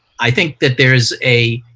i think that there is a